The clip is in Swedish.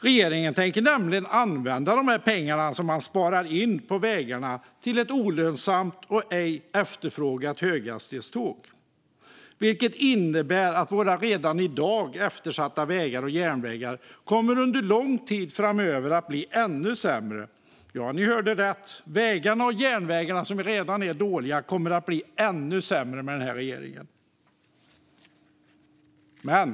Regeringen tänker nämligen använda de pengar som man sparar in på vägarna till ett olönsamt och ej efterfrågat höghastighetståg, vilket innebär att våra redan i dag eftersatta vägar och järnvägar under lång tid framöver kommer att bli ännu sämre. Ja, ni hörde rätt: Vägarna och järnvägarna, som redan är dåliga, kommer att bli ännu sämre med den här regeringen.